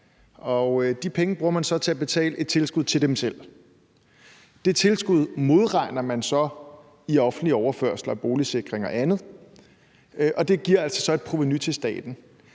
de penge bruger man så til at betale et tilskud til dem selv. Det tilskud modregner man så i offentlige overførsler, boligsikring og andet, og det giver et provenu til staten.